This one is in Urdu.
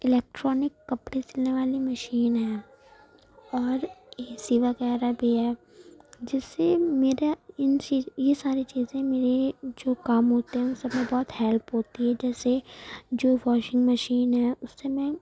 الیکٹرانک کپڑے سلنے والی مشین ہے اور اے سی وغیرہ بھی ہے جس سے میرا ان سے یہ ساری چیزیں میرے جو کام ہوتے ہیں ان سب میں بہت ہیلپ ہوتی ہے جیسے جو واشنگ مشین ہے اس سے میں